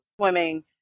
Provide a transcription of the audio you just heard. swimming